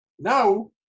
Now